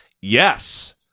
Yes